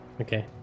Okay